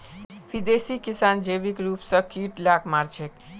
विदेशी किसान जैविक रूप स कीट लाक मार छेक